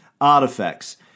artifacts